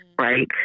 right